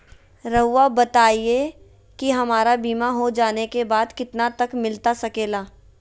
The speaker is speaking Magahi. रहुआ बताइए कि हमारा बीमा हो जाने के बाद कितना तक मिलता सके ला?